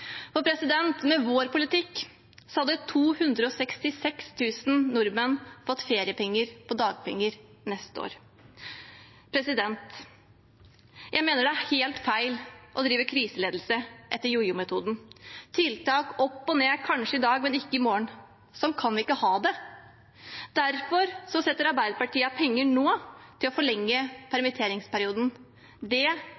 Med vår politikk hadde 266 000 nordmenn fått feriepenger på dagpenger neste år. Jeg mener det er helt feil å drive kriseledelse etter jojo-metoden. Tiltak opp og ned, kanskje i dag, men ikke i morgen – sånn kan vi ikke ha det. Derfor setter Arbeiderpartiet av penger nå til å forlenge